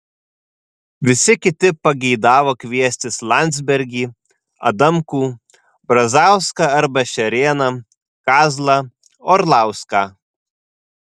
visi kiti pageidavo kviestis landsbergį adamkų brazauską arba šerėną kazlą orlauską